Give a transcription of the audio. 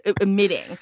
emitting